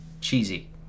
cheesy